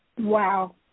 Wow